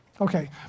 Okay